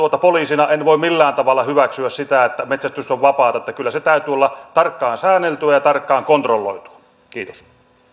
poliisina en voi millään tavalla hyväksyä sitä että metsästys on vapaata kyllä sen täytyy olla tarkkaan säänneltyä ja ja tarkkaan kontrolloitua kiitos